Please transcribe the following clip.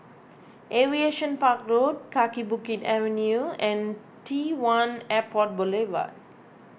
Aviation Park Road Kaki Bukit Avenue and T one Airport Boulevard